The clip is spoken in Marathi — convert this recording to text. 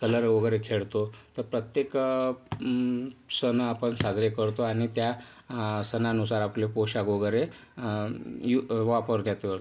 कलर वगैरे खेळतो तर प्रत्येक सण आपन साजरे करतो आणि त्या सणानुसार आपले पोशाख वगैरे यु वापरण्यात करतो